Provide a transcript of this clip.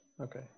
okay